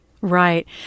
Right